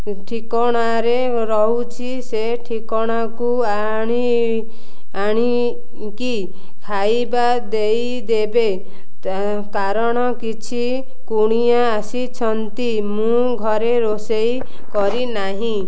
ଠିକଣାରେ ରହୁଛି ସେ ଠିକଣାକୁ ଆଣି ଆଣିକି ଖାଇବା ଦେଇଦେବେ ତ କାରଣ କିଛି କୁଣିଆ ଆସିଛନ୍ତି ମୁଁ ଘରେ ରୋଷେଇ କରିନାହିଁ